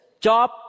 job